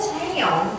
town